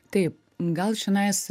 taip gal čionais